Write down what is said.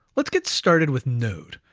let's get started with node.